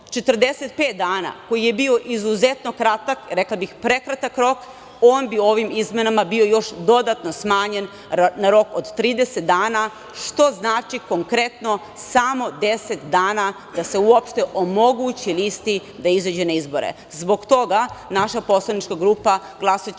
45 dana, koji je bio izuzetno kratak, rekla bih prekratak rok, on bi ovim izmenama bio još dodatno smanjen na rok od 30 dana, što znači konkretno samo 10 dana da se uopšte omogući listi da izađe na izbore. Zbog toga naša poslanička grupa glasaće